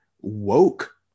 woke